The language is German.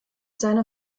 seiner